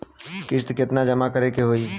किस्त केतना जमा करे के होई?